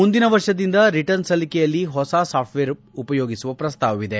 ಮುಂದಿನ ವರ್ಷದಿಂದ ರಿಟರ್ನ್ಸ್ ಸಲ್ಲಿಕೆಯಲ್ಲಿ ಹೊಸ ಸಾಫ್ಟವೇರ್ ಉಪಯೋಗಿಸುವ ಪ್ರಸ್ತಾವವಿದೆ